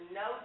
no